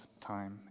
time